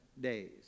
days